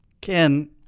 Ken